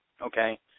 okay